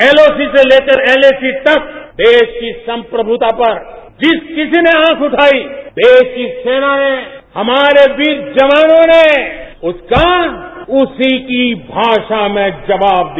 LOC से लेकर LAC तक देश की संप्रभुता पर जिस किसी ने आंख उठाई देश की सेना ने हमारे वीर जवानों ने उसका उसी की भाषा में जवाब दिया